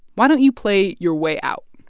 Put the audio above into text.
why don't you play your way out?